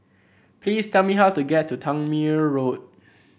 please tell me how to get to Tangmere Road